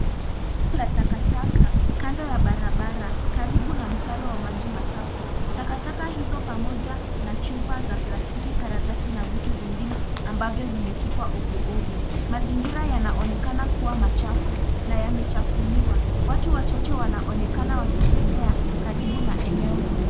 Takataka kando ya barabara, karibu na mtaro wa maji machafu. Takataka hizo pamoja na chupa za plastiki, karatasi na vitu zingine, ambavyo vimetupwa ovyoovyo. Mazingira yanaonekana kua machafu na yamechafuliwa. Watu wachache wanaonekana wakitembea karibu na eneo hilo.